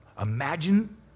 Imagine